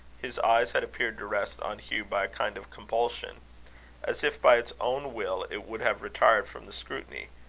his eye had appeared to rest on hugh by a kind of compulsion as if by its own will it would have retired from the scrutiny,